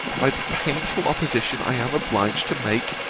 by the painful opposition i am obliged to make,